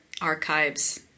archives